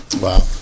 Wow